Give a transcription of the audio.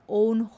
own